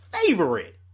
favorite